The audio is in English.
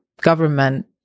government